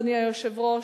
אדוני היושב-ראש,